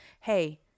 hey